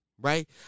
right